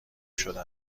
شده